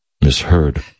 misheard